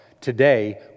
today